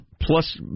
Plus